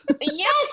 Yes